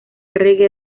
reggae